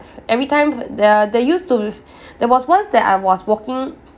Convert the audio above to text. every time there there used to there was once that I was walking